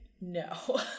no